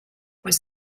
was